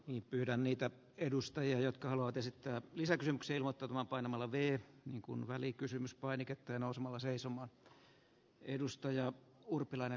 niin kyllä niitä ulkopuolellakin jotka ovat tämän painamalla vie kun välikysymys pahoittaneet mielensä pyydän anteeksi